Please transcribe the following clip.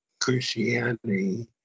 Christianity